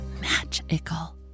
Magical